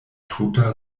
tuta